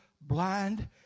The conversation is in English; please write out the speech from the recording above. blind